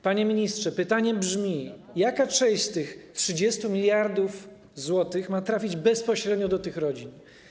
Panie ministrze, pytanie brzmi: Jaka część z tych 30 mld zł ma trafić bezpośrednio do tych rodzin?